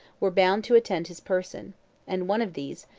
were bound to attend his person and one of these,